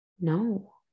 No